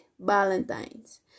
valentines